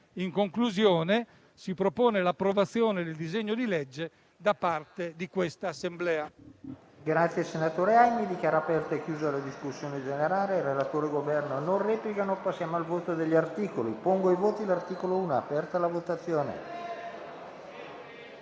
In conclusione, si propone l'approvazione del disegno di legge da parte dell'Assemblea.